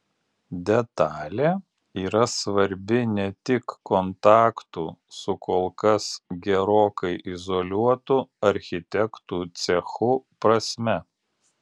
detalė yra svarbi ne tik kontaktų su kol kas gerokai izoliuotu architektų cechu prasme